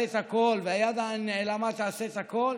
את הכול והיד הנעלמה תעשה את הכול,